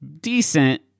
decent